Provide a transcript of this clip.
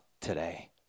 today